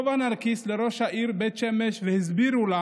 לראש העיר בית שמש והסבירו לה